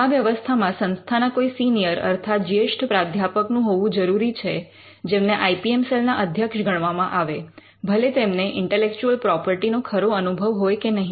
આ વ્યવસ્થામાં સંસ્થાના કોઈ સિનિયર અર્થાત જ્યેષ્ઠ પ્રાધ્યાપકનું હોવું જરૂરી છે જેમને આઇ પી એમ સેલ ના અધ્યક્ષ ગણવામાં આવે ભલે તેમને એટલેઇન્ટેલેક્ચુઅલ પ્રોપર્ટી નો ખરો અનુભવ હોય કે નહીં